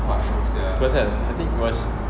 tu pasal I think was